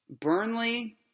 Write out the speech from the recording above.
Burnley